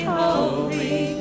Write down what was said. holy